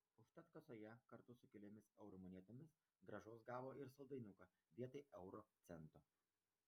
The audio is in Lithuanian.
užtat kasoje kartu su keliomis eurų monetomis grąžos gavo ir saldainiuką vietoj euro cento